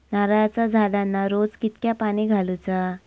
नारळाचा झाडांना रोज कितक्या पाणी घालुचा?